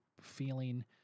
feeling